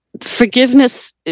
forgiveness